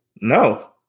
No